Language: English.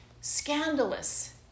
scandalous